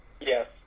Yes